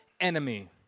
enemy